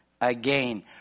again